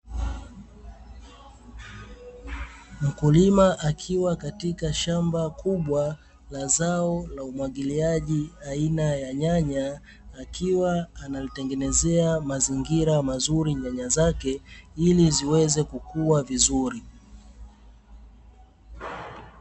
Mkulima akiwa katika shamba kubwa la zao la umwagiliaji aina ya nyanya, akiwa anatengenezea mazingira mazuri nyanya zake, ili ziweze kukuwa vizuri.